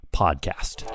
podcast